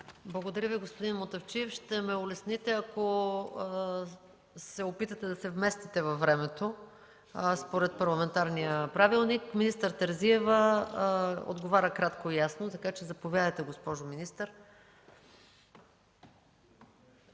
Благодаря Ви, господин Мутафчиев. Ще ме улесните, ако се опитвате да се вмествате във времето според парламентарния правилник. Министър Терзиева отговаря кратко и ясно. Заповядайте, госпожо министър.